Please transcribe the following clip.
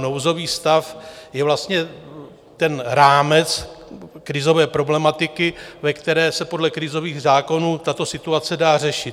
Nouzový stav je vlastně rámec krizové problematiky, ve které se podle krizových zákonů tato situace dá řešit.